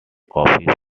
coffee